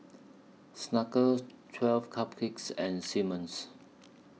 Smuckers twelve Cupcakes and Simmons